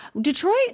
Detroit